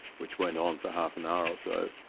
which went on for half an hour or so,